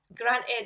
granted